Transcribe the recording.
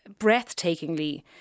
breathtakingly